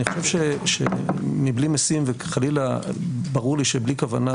אני חושב שמבלי משים וחלילה ברור לי שבלי כוונה,